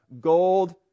gold